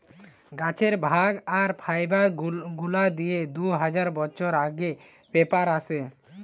গাছের ভাগ আর ফাইবার গুলা দিয়ে দু হাজার বছর আগে পেপার আসে